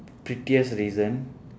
pettiest reason